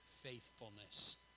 faithfulness